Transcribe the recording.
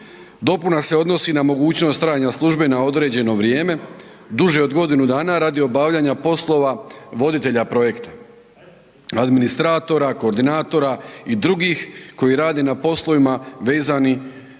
Dopuna se odnosi na mogućnost trajanja službe na određeno vrijeme, duže od godinu dana radi obavljanja poslova voditelja projekta, administratora, koordinatora i drugih koji rade na poslovima vezanim